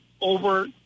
over